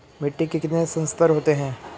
मिट्टी के कितने संस्तर होते हैं?